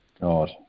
God